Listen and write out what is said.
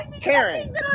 Karen